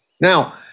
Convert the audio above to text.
Now